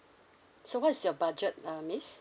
so what is your budget uh miss